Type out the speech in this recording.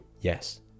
Yes